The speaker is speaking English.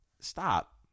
Stop